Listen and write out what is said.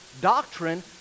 doctrine